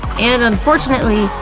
and unfortunately,